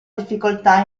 difficoltà